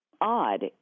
odd